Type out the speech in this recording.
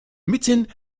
mitten